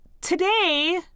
today